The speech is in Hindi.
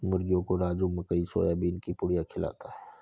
मुर्गियों को राजू मकई और सोयाबीन की पुड़िया खिलाता है